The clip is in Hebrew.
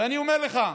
ואני אומר לך,